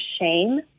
shame